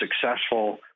successful